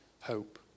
hope